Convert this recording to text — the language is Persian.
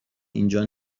اینجا